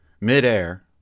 midair